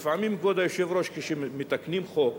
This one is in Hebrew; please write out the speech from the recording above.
לפעמים, כבוד היושב-ראש, כשמתקנים חוק,